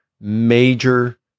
major